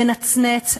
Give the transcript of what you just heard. מנצנץ,